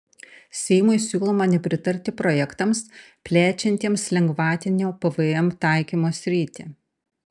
seimui siūloma nepritarti projektams plečiantiems lengvatinio pvm taikymo sritį